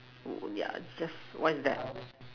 oh ya just what's that